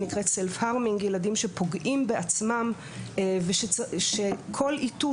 ילדים שפוגעים בעצמם ושכל איתות,